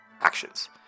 actions